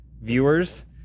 viewers